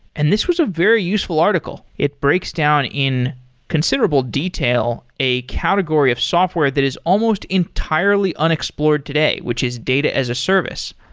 and this was a very useful article. it breaks down in considerable detail a category of software that is almost entirely unexplored today, which is dated as a service,